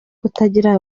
kutagira